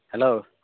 hello